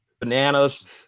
bananas